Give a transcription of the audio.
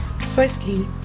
Firstly